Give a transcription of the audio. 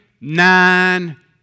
nine